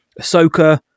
Ahsoka